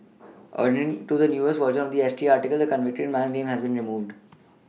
according to the newest version of the S T article the convicted man's name has been removed